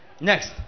Next